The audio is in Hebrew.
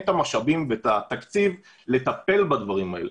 את המשאבים ואת התקציב לטפל בדברים האלה.